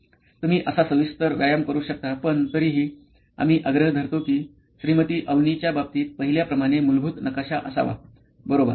तुम्ही असा सविस्तर व्यायाम करु शकता पण तरीही आम्ही आग्रह धरतो की श्रीमती अवनीच्या बाबतीत पाहिल्याप्रमाणे मूलभूत नकाशा असावा बरोबर